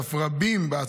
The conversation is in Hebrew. אף רבים.